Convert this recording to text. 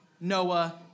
Noah